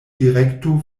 direkto